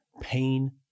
pain